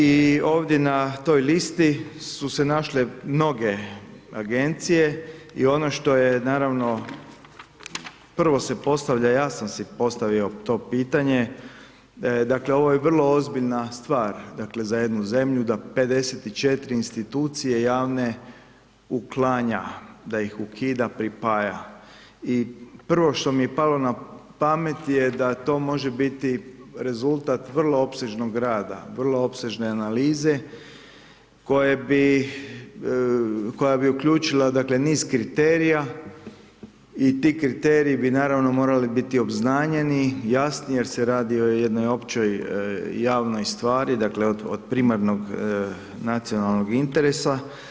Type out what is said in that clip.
I ovdje na toj listi su se našle mnoge Agencije i ono što je naravno prvo se postavlja, ja sam si postavio to pitanje, dakle, ovo je vrlo ozbiljna stvar za jednu zemlju da 54 institucije javne uklanja, da ih ukida, pripaja i prvo što mi je palo na pamet da to može biti rezultat vrlo opsežnog rada, vrlo opsežne analize koja bi uključila, dakle, niz kriterija i ti kriteriji bi, naravno, morali biti obznanjeni, jasni jer se radi o jednoj općoj javnoj stvari, dakle, od primarnog nacionalnog interesa.